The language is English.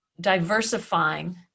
diversifying